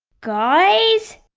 guys!